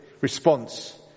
response